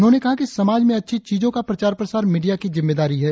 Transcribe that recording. उन्होंने कहा कि समाज में अच्छी चीजों का प्रचार प्रसार मीडिया की जिम्मेदारी है